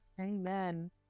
Amen